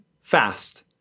fast